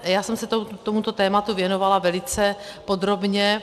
Já jsem se tomuto tématu věnovala velice podrobně.